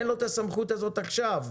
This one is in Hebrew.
אין לו את הסמכות הזאת עכשיו,